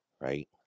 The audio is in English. right